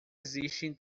existem